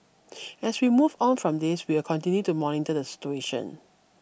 as we move on from this we will continue to monitor the situation